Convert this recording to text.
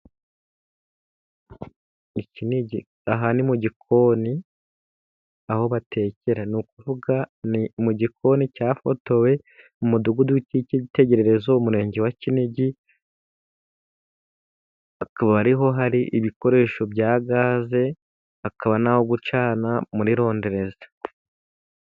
Aha ni mu gikoni aho batekera. Ni ukuvuga mu gikoni cyafotowe mu mudugudu wikitegererezo, umurenge wa Kinigi akaba ariho hari ibikoresho bya gaze, hakaba naho gucana muri rondereza.